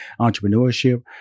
entrepreneurship